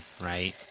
right